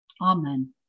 Amen